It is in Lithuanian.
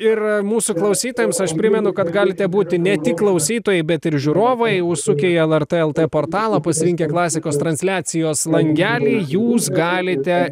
ir mūsų klausytojams aš primenu kad galite būti ne tik klausytojai bet ir žiūrovai užsukę į lrt lt portalą pasirinkę klasikos transliacijos langelį jūs galite